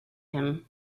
him